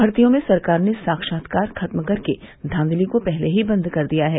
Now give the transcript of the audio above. भर्तियों में सरकार ने साक्षात्कार खत्म करके धाधली को पहले ही बंद कर दिया है